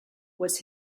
was